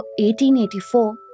1884